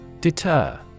Deter